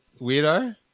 weirdo